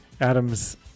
Adams